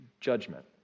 judgment